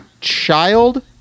child